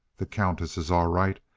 the countess is all right,